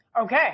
Okay